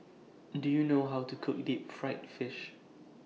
Do YOU know How to Cook Deep Fried Fish